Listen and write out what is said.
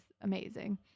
amazing